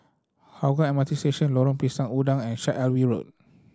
Hougang M R T Station Lorong Pisang Udang and Syed Alwi Road